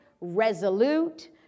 resolute